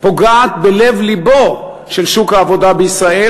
פוגעת בלב-לבו של שוק העבודה בישראל,